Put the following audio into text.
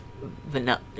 Vanilla